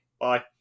Bye